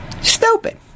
Stupid